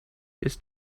ist